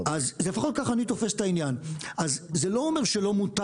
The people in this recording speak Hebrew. לפחות כך אני תופס את העניין זה לא אומר לא מותר